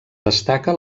destaca